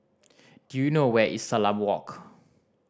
do you know where is Salam Walk